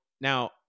Now